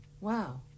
Wow